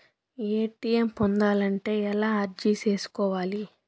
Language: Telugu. ఎ.టి.ఎం పొందాలంటే ఎలా అర్జీ సేసుకోవాలి?